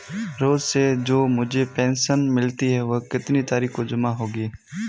रोज़ से जो मुझे पेंशन मिलती है वह कितनी तारीख को जमा होगी?